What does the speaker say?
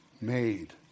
made